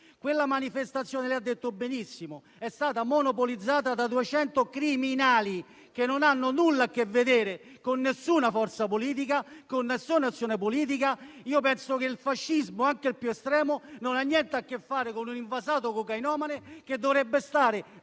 detto benissimo, è stata monopolizzata da 200 criminali che non hanno nulla a che vedere con nessuna forza politica e nessuna azione politica. Penso che il fascismo, anche il più estremo, non abbia niente a che fare con un invasato cocainomane che dovrebbe stare